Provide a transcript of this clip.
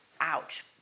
ouch